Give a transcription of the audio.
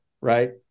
Right